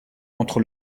entre